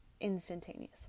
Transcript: instantaneously